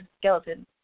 skeleton